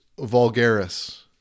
Vulgaris